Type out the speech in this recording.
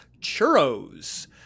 churros